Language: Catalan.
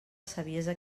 saviesa